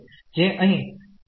જે અહીં સમસ્યા માં આપેલું છે